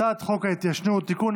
הצעת חוק ההתיישנות (תיקון,